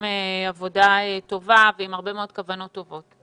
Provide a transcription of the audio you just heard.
עבודה טובה ועם הרבה מאוד כוונות טובות,